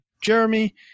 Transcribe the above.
Jeremy